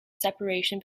separation